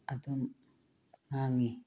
ꯑꯗꯨꯝ ꯉꯥꯡꯉꯤ